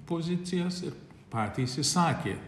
pozicijas ir patys įsakė